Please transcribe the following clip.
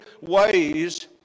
ways